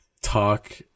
talk